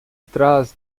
trás